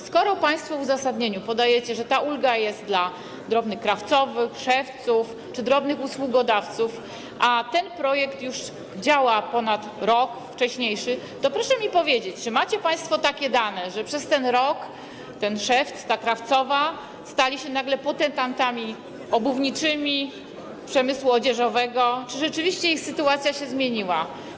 Skoro państwo w uzasadnieniu podajecie, że ta ulga jest dla drobnych krawcowych, szewców czy drobnych usługodawców, a ten projekt już działa ponad rok, wcześniejszy, to proszę mi powiedzieć: Czy macie państwo takie dane, że przez ten rok ten szewc, ta krawcowa stali się nagle potentatami obuwniczymi, przemysłu odzieżowego, czy rzeczywiście ich sytuacja się zmieniła?